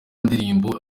ndirimbo